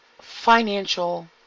financial